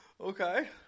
Okay